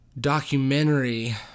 documentary